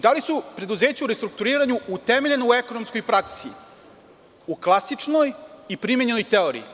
Da li su preduzeća u restrukturiranju utemeljena u ekonomskoj praksi, u klasičnoj i primenjenoj teoriji?